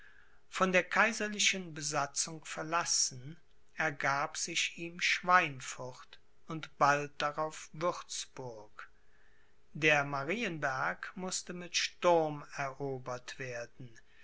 von der kaiserlichen besatzung verlassen ergab sich ihm schweinfurt und bald darauf würzburg der marienberg mußte mit sturm erobert werden